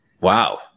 Wow